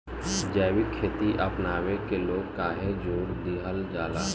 जैविक खेती अपनावे के लोग काहे जोड़ दिहल जाता?